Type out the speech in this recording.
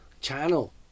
channel